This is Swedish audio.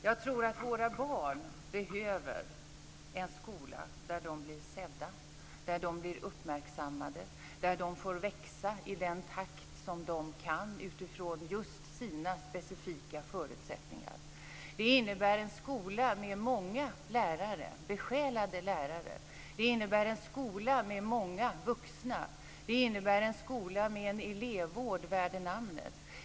Jag tror att våra barn behöver en skola där de blir sedda, där de blir uppmärksammade, där de får växa i den takt som de kan utifrån just sina specifika förutsättningar. Det innebär en skola med många lärare, besjälade lärare. Det innebär en skola med många vuxna. Det innebär en skola med en elevvård värd namnet.